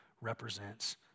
represents